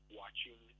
watching